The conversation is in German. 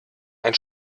ein